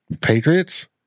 Patriots